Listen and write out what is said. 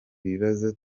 bibazo